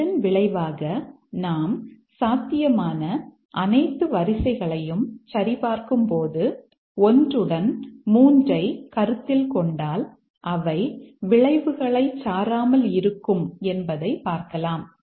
இதன் விளைவாக நாம் சாத்தியமான அனைத்து வரிசைகளையும் சரி பார்க்கும் போது 1 உடன் 3 ஐக் கருத்தில் கொண்டால் அவை விளைவுகளை சாராமல் இருக்கும் என்பதை பார்க்கலாம்